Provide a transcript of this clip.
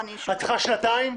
את צריכה שנתיים?